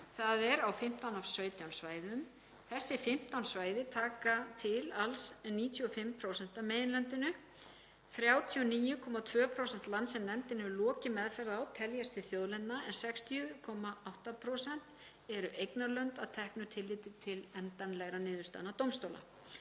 þ.e. á 15 af 17 svæðum. Þessi 15 svæði taka til alls 95% af meginlandinu. 39,2% lands sem nefndin hefur lokið meðferð á teljast til þjóðlendna en 60,8% eru eignarlönd að teknu tilliti til endanlegrar niðurstöðu dómstóla.